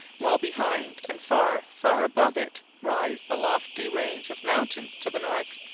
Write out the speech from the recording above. while behind and far, far above it rise the lofty range of mountains to the north,